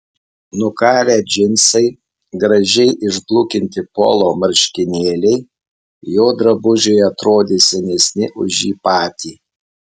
nukarę džinsai gražiai išblukinti polo marškinėliai jo drabužiai atrodė senesni už jį patį